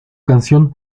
canción